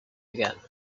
again